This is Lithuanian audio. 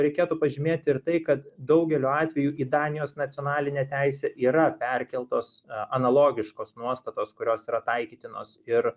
reikėtų pažymėti ir tai kad daugeliu atveju į danijos nacionalinę teisę yra perkeltos a analogiškos nuostatos kurios yra taikytinos ir